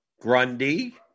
Grundy